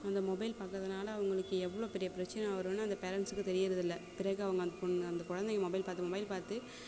அந்த மொபைல் பார்க்குறதுனால அவர்களுக்கு எவ்வளோ பெரிய பிரச்சனை வருன்னு அந்த பேரெண்ட்ஸ்ஸுக்கு தெரியறதில்ல பிறகு அவங்க அந்த பொண்ணு அந்த குழந்தைங்க மொபைல் பார்த்து மொபைல் பார்த்து